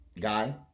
guy